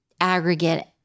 aggregate